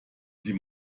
sie